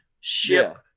ship